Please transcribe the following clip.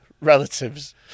relatives